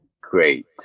great